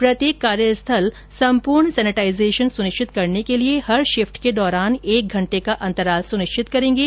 प्रत्येक कार्य स्थल संपूर्ण सैनिटाइजेशन सुनिश्चित करने के लिए हर शिफ्ट के दौरान एक घंटे का अंतराल सुनिश्चित करेंगे